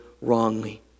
wrongly